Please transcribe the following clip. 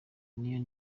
niyo